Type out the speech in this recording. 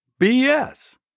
BS